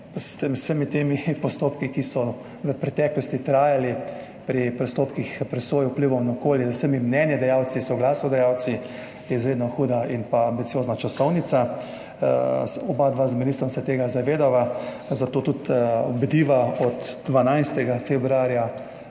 temi postopki, ki so trajali v preteklosti pri postopkih presoje vplivov na okolje z vsemi mnenjedajalci, soglasodajalci, izredno huda in ambiciozna časovnica. Oba z ministrom se tega zavedava, zato tudi nad tem bdiva od 12. februarja